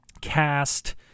cast